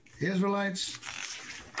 Israelites